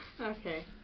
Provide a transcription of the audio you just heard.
Okay